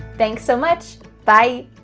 thanks so much. bye.